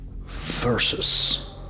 versus